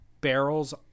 barrels